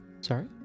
Sorry